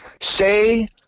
Say